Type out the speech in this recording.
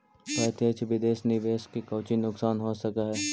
प्रत्यक्ष विदेश निवेश के कउची नुकसान हो सकऽ हई